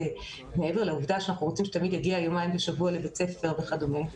מעבר לעובדה שאנחנו רוצים שתלמיד יגיע יומיים בשבוע לבית הספר וכדומה,